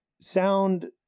sound